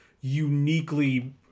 uniquely